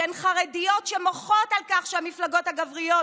שהן חרדיות שמוחות על כך שהמפלגות הגבריות